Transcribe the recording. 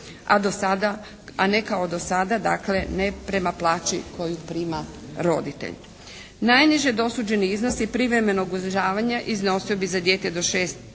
a ne kao do sada dakle ne prema plaći koju prima roditelj. Najniže dosuđeni iznosi privremenog uzdržavanja iznosio bi za dijete do 6